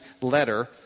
Letter